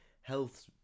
health